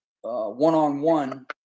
one-on-one